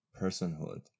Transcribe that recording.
personhood